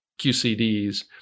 QCDs